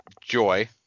joy